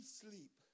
sleep